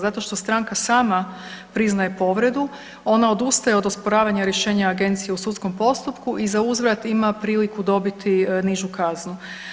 Zato što stranka sama priznaje povredu, ona odustaje od osporavanja rješenja agencije u sudskom postupku i za uzvrat ima priliku dobiti nižu kaznu.